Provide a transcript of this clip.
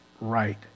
right